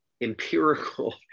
empirical